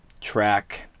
track